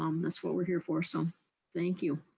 um that's what we're here for, so thank you.